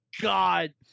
God